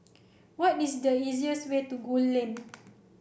what is the easiest way to Gul Lane